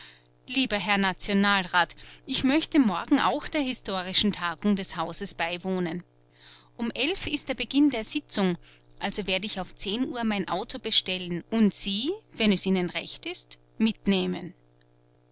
lieber herr nationalrat ich möchte morgen auch der historischen tagung des hauses beiwohnen um elf ist der beginn der sitzung also werde ich auf zehn uhr mein auto bestellen und sie wenn es ihnen recht ist mitnehmen